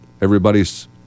everybody's